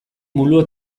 mulo